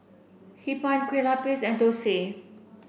Hee Pan Kueh Lupis and Thosai